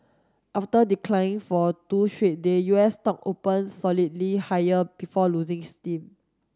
after declining for two straight day U S stock open solidly higher before losing steam